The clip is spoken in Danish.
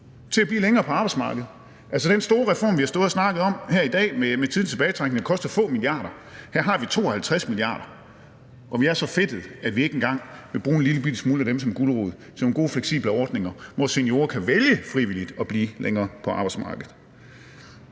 til at blive længere på arbejdsmarkedet? Altså, den store reform, vi har stået og snakket om her i dag om tidlig tilbagetrækning, koster få milliarder. Her har vi 52 milliarder, og vi er så fedtede, at vi ikke engang vil bruge en lillebitte smule af dem som gulerod til nogle gode fleksible ordninger, hvor seniorer kan vælge frivilligt at blive længere på arbejdsmarkedet.